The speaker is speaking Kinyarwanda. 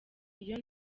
iyo